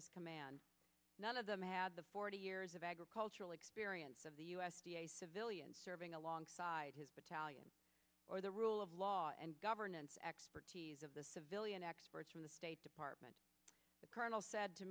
his command none of them had the forty years of agricultural experience of the u s d a civilian serving alongside his battalion or the rule of law and governance expertise of the civilian experts from the state department the colonel said to